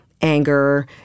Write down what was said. anger